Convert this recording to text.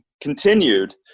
continued